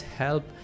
help